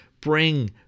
bring